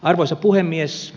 arvoisa puhemies